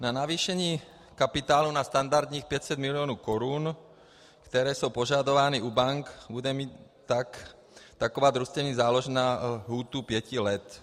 Na navýšení kapitálu na standardních 500 milionů korun, které jsou požadovány u bank, bude mít taková družstevní záložna lhůtu pěti let.